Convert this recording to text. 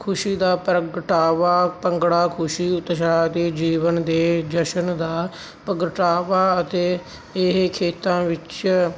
ਖੁਸ਼ੀ ਦਾ ਪ੍ਰਗਟਾਵਾ ਭੰਗੜਾ ਖੁਸ਼ੀ ਉਤਸ਼ਾਹ ਦੇ ਜੀਵਨ ਦੇ ਜਸ਼ਨ ਦਾ ਪ੍ਰਗਟਾਵਾ ਅਤੇ ਇਹ ਖੇਤਾਂ ਵਿੱਚ